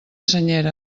senyera